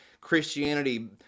Christianity